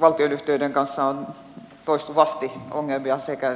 valtionyhtiöiden kanssa on toistuvasti ongelmia sekä